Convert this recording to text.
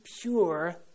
pure